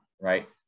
Right